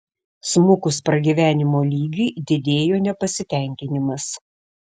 smukus pragyvenimo lygiui didėjo nepasitenkinimas